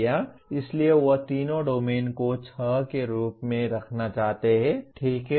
इसलिए वह तीनों डोमेन को छह के रूप में रखना चाहता है ठीक है